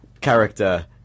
character